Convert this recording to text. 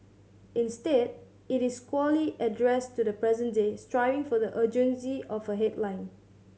instead it is squarely addressed to the present day striving for the urgency of a headline